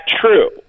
true